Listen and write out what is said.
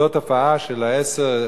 זו תופעה של עשר,